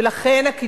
ולכן, הקידום,